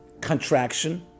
contraction